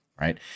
right